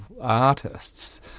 artists